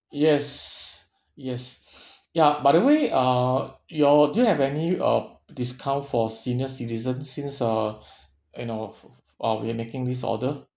yes yes ya by the way uh your do you have any uh discount for senior citizen since uh you know f~ uh we are making this order